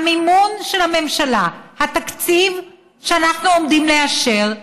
המימון של הממשלה, התקציב שאנחנו עומדים לאשר,